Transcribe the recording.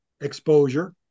exposure